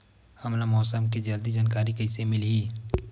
हमला मौसम के जल्दी जानकारी कइसे मिलही?